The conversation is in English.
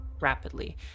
rapidly